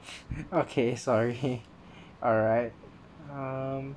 okay sorry alright um